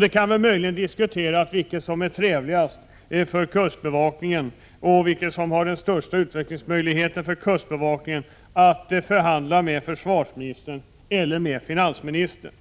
Det kan väl möjligen diskuteras vilket som är trevligast för kustbevakningen och vilket som har de största utvecklingsmöjligheterna för kustbevakning — att förhandla med försvarsministern eller finansministern.